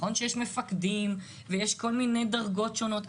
נכון שיש מפקדים ויש כל מיני דרגות שונות,